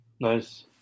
Nice